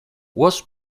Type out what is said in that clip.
was